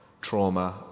trauma